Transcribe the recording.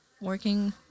working